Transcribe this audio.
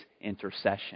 intercession